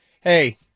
hey